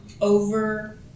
over